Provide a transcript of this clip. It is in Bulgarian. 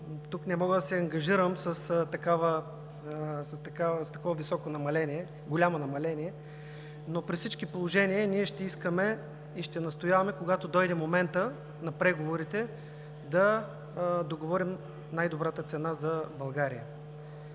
Тук не мога да се ангажирам с такова голямо намаление, но при всички положения ние ще искаме и ще настояваме, когато дойде моментът на преговорите, да договорим най-добрата цена за България.